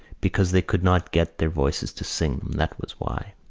because they could not get the voices to sing them that was why.